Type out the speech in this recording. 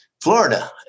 Florida